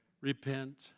repent